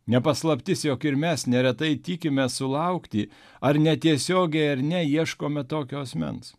ne paslaptis jog ir mes neretai tikimės sulaukti ar netiesiogiai ar ne ieškome tokio asmens